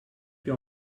your